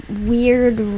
weird